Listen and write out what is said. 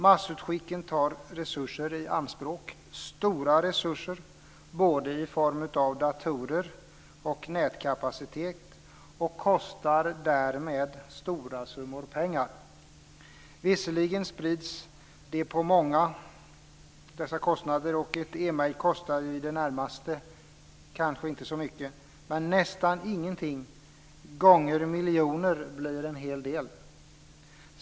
Massutskicken tar resurser i anspråk - stora resurser - både i form av datorer och nätkapacitet, och kostar därmed stora summor pengar. Visserligen sprids dessa kostnader på många, och ett e-mejl kostar i det närmaste ingenting, men nästan ingenting gånger miljoner blir en hel del.